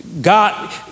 God